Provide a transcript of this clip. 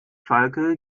schalke